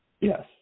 Yes